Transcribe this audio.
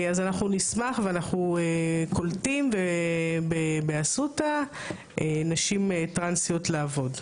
אז אנחנו נשמח ואנחנו קולטים באסותא נשים טרנסיות לעבוד.